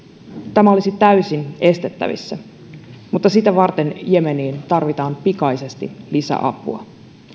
tämä olisi täysin estettävissä mutta sitä varten jemeniin tarvitaan pikaisesti lisäapua